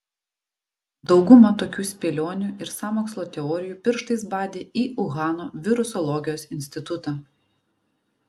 dauguma tokių spėlionių ir sąmokslo teorijų pirštais badė į uhano virusologijos institutą